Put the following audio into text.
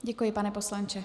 Děkuji, pane poslanče.